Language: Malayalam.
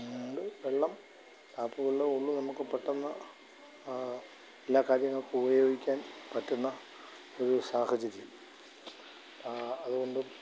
അതുകൊണ്ട് വെള്ളം ടാപ്പ് വെള്ളമേ ഉള്ളു നമുക്ക് പെട്ടെന്ന് എല്ലാ കാര്യങ്ങള്ക്കും ഉപയോഗിക്കാന് പറ്റുന്ന ഒരു സാഹചര്യം അതുകൊണ്ട്